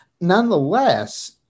Nonetheless